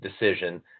decision